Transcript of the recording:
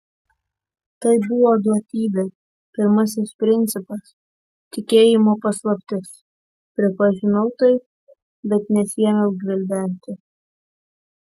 tai buvo duotybė pirmasis principas tikėjimo paslaptis pripažinau tai bet nesiėmiau gvildenti